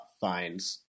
finds